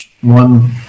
one